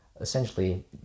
Essentially